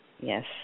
Yes